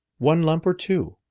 one lump or two?